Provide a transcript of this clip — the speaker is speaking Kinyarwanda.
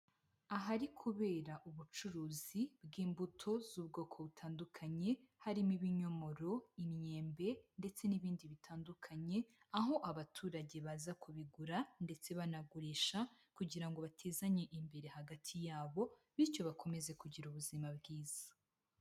Ahari kubera ubucuruzi bw'imbuto z'ubwoko butandukanye, harimo ibinyomoro, imyembe ndetse n'ibindi bitandukanye, aho abaturage baza kubigura ndetse banagurisha, kugira ngo batezanye imbere hagati yabo, bityo bakomeze kugira ubuzima bwiza.